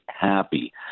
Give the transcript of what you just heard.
happy